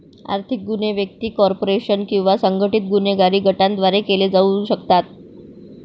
आर्थिक गुन्हे व्यक्ती, कॉर्पोरेशन किंवा संघटित गुन्हेगारी गटांद्वारे केले जाऊ शकतात